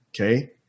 Okay